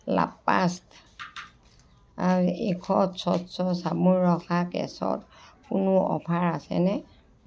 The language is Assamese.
লাপ্লাষ্ট ঈষৎ স্বচ্ছ চাবোন ৰখা কেছত কোনো অ'ফাৰ আছেনে